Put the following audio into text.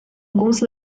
公司